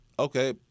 Okay